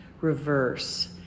reverse